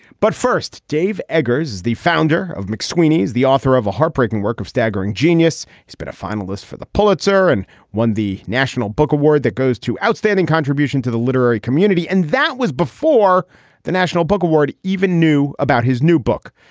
but first, dave eggers is the founder of mcsweeney's, the author of a heartbreaking work of staggering genius. he's been a finalist for the pulitzer and won the national book award. that goes to outstanding contribution to the literary community. and that was before the national book award even knew about his new book.